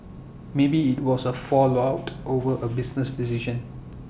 maybe IT was A fallout over A business decision